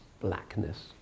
blackness